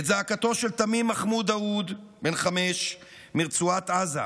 את זעקתו של תמים מחמוד דאוד, בן חמש מרצועת עזה,